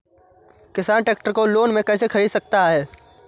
किसान ट्रैक्टर को लोन में कैसे ख़रीद सकता है?